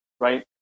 right